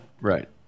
Right